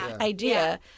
idea